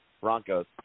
Broncos